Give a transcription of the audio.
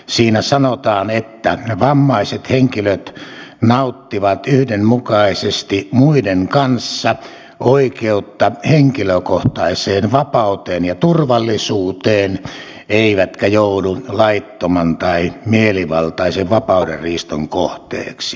siinä sanotaan että vammaiset henkilöt nauttivat yhdenmukaisesti muiden kanssa oikeutta henkilökohtaiseen vapauteen ja turvallisuuteen eivätkä joudu laittoman tai mielivaltaisen vapaudenriiston kohteeksi